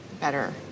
better